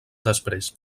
després